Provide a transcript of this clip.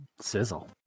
sizzle